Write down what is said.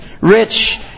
rich